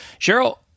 Cheryl